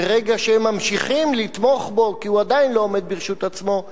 ומרגע שהם ממשיכים לתמוך בו כי הוא עדיין לא עומד ברשות עצמו,